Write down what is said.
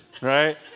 right